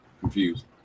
Confused